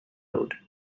load